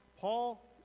Paul